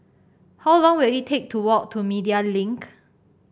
how long will it take to walk to Media Link